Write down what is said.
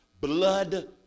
blood